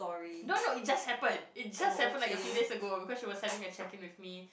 no no it just happened it just happened like a few days ago because she was having a checking with me